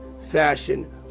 fashion